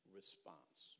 response